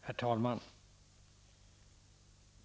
Herr talman!